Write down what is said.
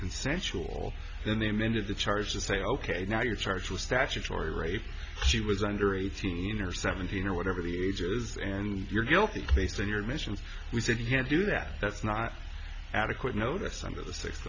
consensual then the amended the charge to say ok now you're charged with statutory rape she was under eighteen or seventeen or whatever you're guilty based on your mission we said you can't do that that's not adequate notice